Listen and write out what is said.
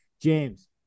James